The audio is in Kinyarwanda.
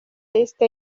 lisiti